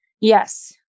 Yes